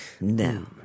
No